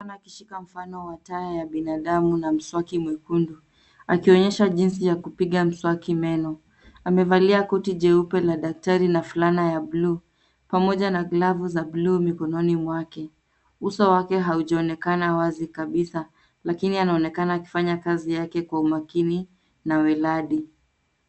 Anaonekana akishika mfano wa taya ya binadamu na mswaki mwekundu, akionyesha jinsi ya kupiga mswaki meno. Amevalia koti jeupe la daktari na fulana ya bluu, pamoja na glavu za bluu mikononi mwake. Uso wake haujaonekana wazi kabisa, lakini anaonekana akifanya kazi yake kwa umakini na weladi.